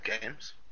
games